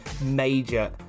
major